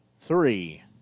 three